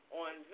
on